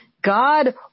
God